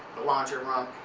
the laundry room.